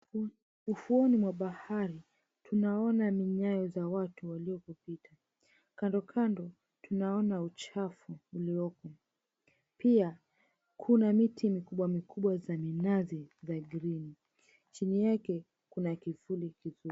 Ufuoni mwa bahari tunaona minyayo za watu walio kupita. Kandokando tunaona uchafu ulioko. Pia kuna miti mikubwa mikubwa za minazi za green . Chini yake kuna kivuli kizuri.